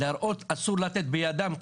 להראות, אסור לתת בידם.